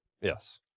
Yes